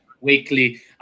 weekly